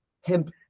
hemp